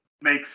makes